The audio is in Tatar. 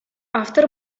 автор